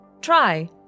Try